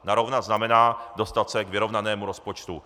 Narovnat znamená dostat se k vyrovnanému rozpočtu.